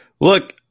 Look